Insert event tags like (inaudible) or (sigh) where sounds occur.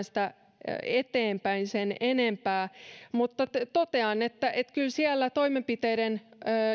(unintelligible) sitä eteenpäin sen enempää totean että että kyllä siellä toimenpiteiden